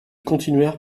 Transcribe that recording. continuèrent